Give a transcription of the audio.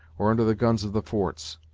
or under the guns of the forts.